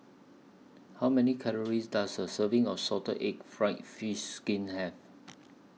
How Many Calories Does A Serving of Salted Egg Fried Fish Skin Have